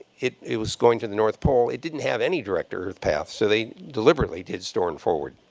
it it was going to the north pole. it didn't have any director or path. so they deliberately did store-and-forward.